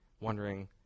wondering